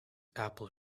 apple